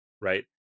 right